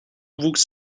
wuchs